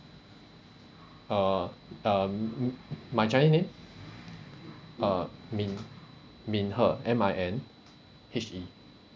uh um my chinese name uh min min he M I N H E